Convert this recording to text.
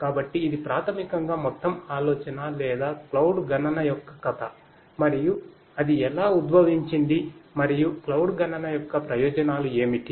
కాబట్టి ఇది ప్రాథమికంగా మొత్తం ఆలోచన లేదా క్లౌడ్ గణనయొక్క ప్రయోజనాలు ఏమిటి